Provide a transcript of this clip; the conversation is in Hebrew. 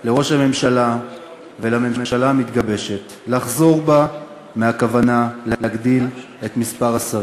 לראש הממשלה ולממשלה המתגבשת לחזור בה מהכוונה להגדיל את מספר השרים.